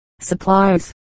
supplies